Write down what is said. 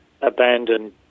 abandoned